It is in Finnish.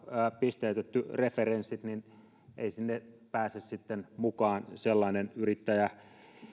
pisteytetty referenssit niin ei sinne pääse sitten mukaan sellainen yrittäjä